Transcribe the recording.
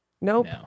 Nope